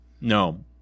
no